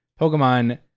Pokemon